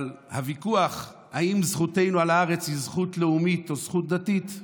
אם זכותנו על הארץ היא זכות לאומית או זכות דתית,